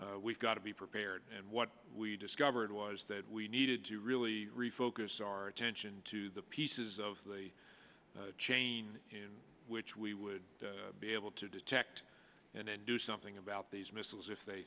we've got to be prepared and what we discovered was that we needed to really refocus our attention to the pieces of the chain in which we would be able to detect and then do something about these missiles if they